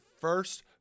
first